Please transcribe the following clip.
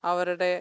അവരുടെ